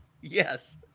Yes